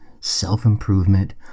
self-improvement